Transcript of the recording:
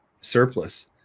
surplus